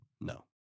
No